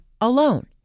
alone